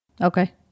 Okay